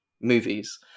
movies